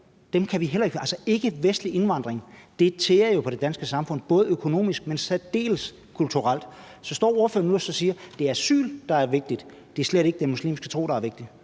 selv om vi ved, at ikkevestlig indvandring jo tærer på det danske samfund, både økonomisk, men i særdeleshed også kulturelt. Så står ordføreren nu og siger, at det er asyl, der er vigtig, og at det slet ikke er den muslimske tro, der er vigtig?